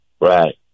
right